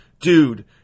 Dude